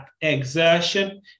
exertion